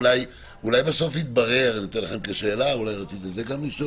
אולי בסוף יתברר, אולי רצית לשאול את זה גם,